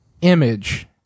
image